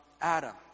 Adam